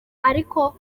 ariko